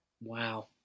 Wow